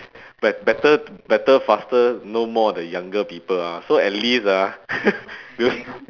bet~ better better faster no more the younger people ah so at least ah because